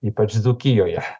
ypač dzūkijoje